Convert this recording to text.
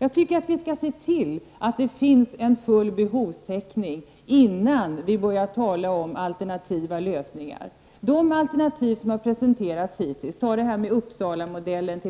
Jag tycker att vi skall se till att det finns full behovstäckning innan vi börjar tala om alternativa lösningar. De alternativ som har presenterats hittills, t.ex. Uppsalamodellen,